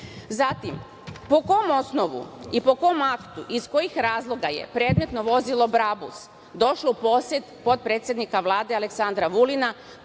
civilu. Zatim, po kom osnovu i po kom aktu, iz kojih razloga je predmetno vozilo BRABUS došlo u posed potpredsednika Vlade, Aleksandra Vulina